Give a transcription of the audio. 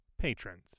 patrons